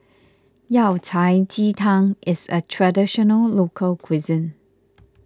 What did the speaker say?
Yao Cai Ji Tang is a Traditional Local Cuisine